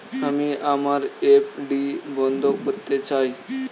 আমি আমার এফ.ডি বন্ধ করতে চাই